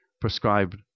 prescribed